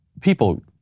people